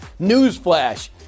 Newsflash